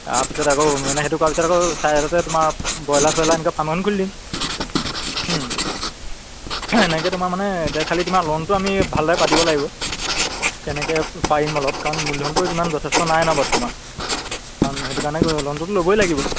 তাৰপিছত আকৌ মানে সেইটো কৰাৰ পিছত আকৌ চাইডতে তোমাৰ ব্ৰইলাৰ ছয়লাৰ সেনেকৈ ফাৰ্ম এখন খুলি দিম এনেকৈ তোমাৰ মানে খালি তোমাৰ লোনটো আমি ভালদৰে পাতিব লাগিব কেনেকৈ পাৰিম অলপ কাৰণ মূলধনটো ইমান যথেষ্ট নাই ন বৰ্তমান কাৰণ সেইটো কাৰণে লোনটোতো ল'বই লাগিব